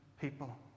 people